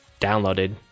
downloaded